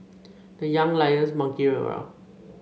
the Young Lions monkeying around